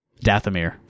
Dathomir